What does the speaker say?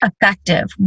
effective